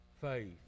faith